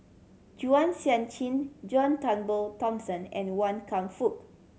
Chua Sian Chin John Turnbull Thomson and Wan Kam Fook